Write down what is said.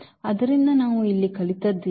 ಆದ್ದರಿಂದ ನಾವು ಇಲ್ಲಿ ಕಲಿತದ್ದು ಏನು